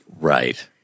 Right